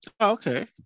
Okay